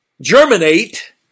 germinate